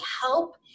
help